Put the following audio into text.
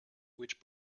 which